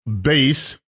Base